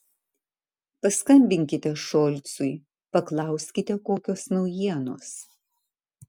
paskambinkite šolcui paklauskite kokios naujienos